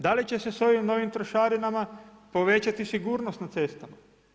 Da li će se sa ovim novim trošarinama povećati sigurnost na cestama?